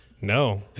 No